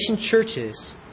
churches